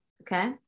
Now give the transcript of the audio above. Okay